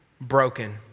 broken